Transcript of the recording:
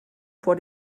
vor